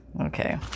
okay